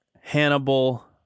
Hannibal